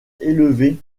élevés